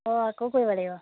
অঁ আকৌ কৰিব লাগিব